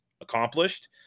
accomplished